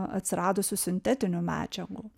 atsiradusių sintetinių medžiagų